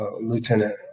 Lieutenant